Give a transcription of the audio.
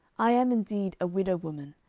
i am indeed a widow woman,